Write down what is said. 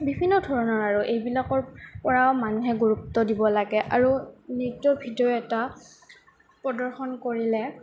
বিভিন্ন ধৰণৰ আৰু এইবিলাকৰ পৰাও মানুহে গুৰুত্ব দিব লাগে আৰু নৃত্যৰ ভিডিঅ' এটা প্ৰদৰ্শন কৰিলে